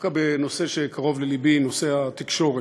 דווקא בנושא שקרוב ללבי, נושא התקשורת.